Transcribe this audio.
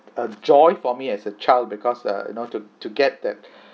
a joy for me as a child because uh you know to to get that